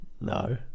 No